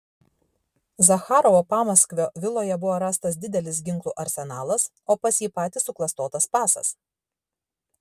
zacharovo pamaskvio viloje buvo rastas didelis ginklų arsenalas o pas jį patį suklastotas pasas